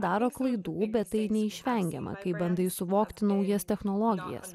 daro klaidų bet tai neišvengiama kai bandai suvokti naujas technologijas